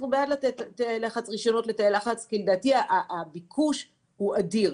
אנחנו בעד לתת רישיונות לתאי לחץ כי לדעתי הביקוש הוא אדיר,